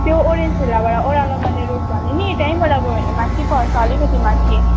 त्यो ओरेन्ज भिल्लाबाट ओह्रालो मैले रोड भनेँ नि त्यहीँबाट गयो भने माथि पर्छ अलिकति माथि